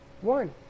One